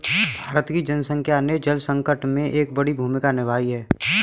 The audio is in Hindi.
भारत की जनसंख्या ने जल संकट में एक बड़ी भूमिका निभाई है